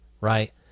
right